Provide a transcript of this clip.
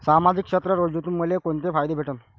सामाजिक क्षेत्र योजनेतून मले कोंते फायदे भेटन?